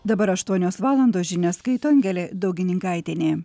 dabar aštuonios valandos žinias skaito angelė daugininkaitienė